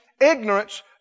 Ignorance